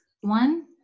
one